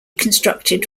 constructed